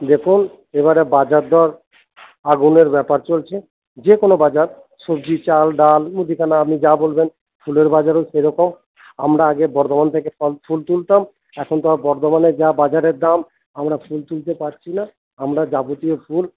দেখুন এবারে বাজার দর আগুনের ব্যাপার চলছে যে কোন বাজার সবজি চাল ডাল মুদিখানা আপনি যা বলবেন ফুলের বাজারও সেরকম আমরা আগে বর্ধমান থেকে ফুল তুলতাম এখন তো বর্ধমানে যা বাজারের দাম আমরা ফুল তুলতে পারছি না আমরা যাবতীয় ফুল